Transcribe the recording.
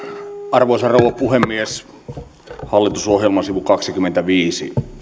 arvoisa rouva puhemies hallitusohjelman sivulla kaksikymmentäviisi